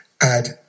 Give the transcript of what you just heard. add